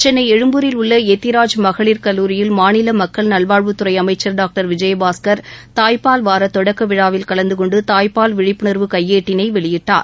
சென்னை எழும்பூரில் உள்ள எத்திராஜ் மகளிர் கல்லூரியில் மாநில மக்கள் நல்வாழ்வுத்துறை அமைச்சர் டாக்டர் விஜயபாஸ்கர் தாய்ப்பால் வார தொடக்க விழாவில் கலந்தகொண்டு தாய்ப்பால் விழிப்புணர்வு கையேட்டினை வெளியிட்டார்